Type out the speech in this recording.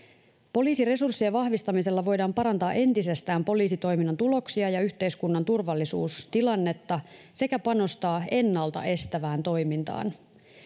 poliisiresurssien vahvistamisella voidaan parantaa entisestään poliisitoiminnan tuloksia ja yhteiskunnan turvallisuustilannetta sekä panostaa ennalta estävään toimintaan